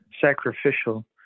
sacrificial